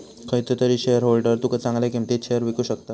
खयचो तरी शेयरहोल्डर तुका चांगल्या किंमतीत शेयर विकु शकता